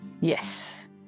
Yes